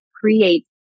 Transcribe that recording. create